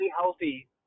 healthy